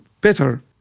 better